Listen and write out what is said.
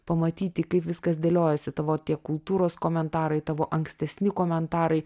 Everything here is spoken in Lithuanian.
pamatyti kaip viskas dėliojasi tavo tie kultūros komentarai tavo ankstesni komentarai